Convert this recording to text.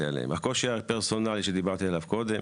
עליהם והקושי הפרסונלי שדיברתי עליו קודם